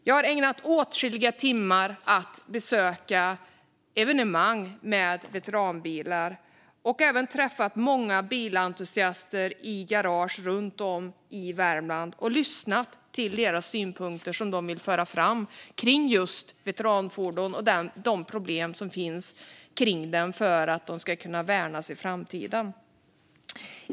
Jag har ägnat åtskilliga timmar åt att besöka evenemang med veteranbilar och även träffat många bilentusiaster i garage runt om i Värmland och lyssnat till de synpunkter som de vill fram om just veteranfordon och de problem som finns för dem för att de ska kunna värnas i framtiden.